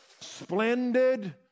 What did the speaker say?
splendid